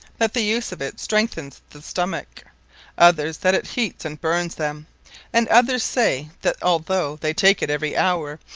that the use of it strengthens the stomacke others, that it heates, and burns them and others say, that although they take it every houre,